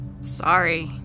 Sorry